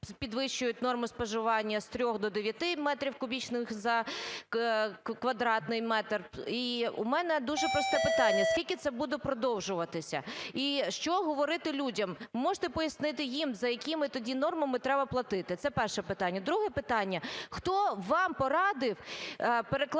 підвищують норми споживання з 3 до 9 метрів кубічних за квадратний метр. І у мене дуже просте питання: скільки це буде продовжуватися і що говорити людям? Можете пояснити їм, за якими тоді нормами треба платити? Це перше питання. Друге питання. Хто вам порадив перекласти